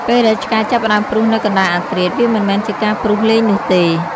ពេលដែលឆ្កែចាប់ផ្តើមព្រុសនៅកណ្តាលអធ្រាត្រ វាមិនមែនជាការព្រុសលេងនោះទេ។